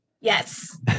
Yes